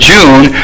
June